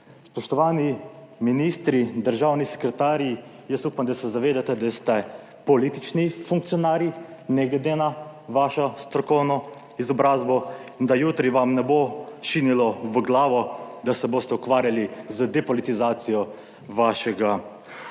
Spoštovani ministri, državni sekretarji, jaz upam, da se zavedate, da ste politični funkcionarji ne glede na vašo strokovno izobrazbo in da jutri vam ne bo šinilo v glavo, da se boste ukvarjali z depolitizacijo vašega resorja.